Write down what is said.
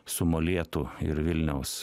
su molėtų ir vilniaus